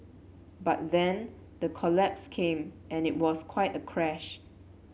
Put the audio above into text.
but then the collapse came and it was quite a crash